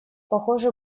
похоже